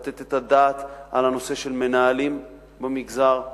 לתת את הדעת על הנושא של מנהלים במגזר הערבי,